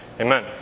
Amen